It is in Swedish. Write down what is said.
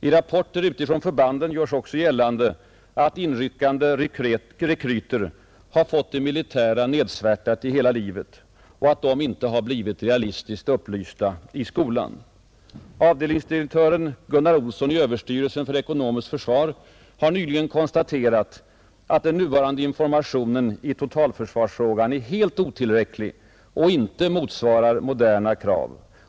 I rapporter från förbanden görs också gällande att inryckande rekryter under hela sitt liv har fått det militära nedsvärtat och att de inte har blivit realistiskt upplysta i skolan. Avdelningsdirektören Gunnar Olsson i Överstyrelsen för ekonomiskt försvar har nyligen konstaterat att den nuvarande informationen i totalförsvarsfrågan är alldeles otillräcklig och inte motsvarar moderna krav.